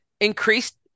increased